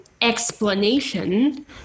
explanation